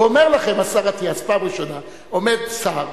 ואומר לכם השר אטיאס, פעם ראשונה עומד שר,